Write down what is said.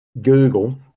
Google